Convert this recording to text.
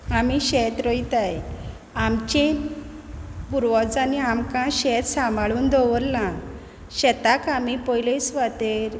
आमी शेत रोयताय आमचे पुर्वजांनी आमकां शेत सांबाळून दवरलां शेताक आमी पोयले सुवातेर